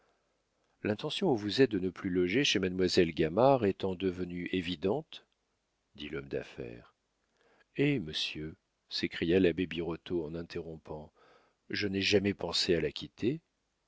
l'intention où vous êtes de ne plus loger chez mademoiselle gamard étant devenue évidente dit l'homme d'affaires eh monsieur s'écria l'abbé birotteau en interrompant je n'ai jamais pensé à la quitter